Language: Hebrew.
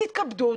תתכבדו,